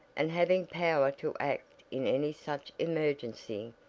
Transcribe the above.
and having power to act in any such emergency,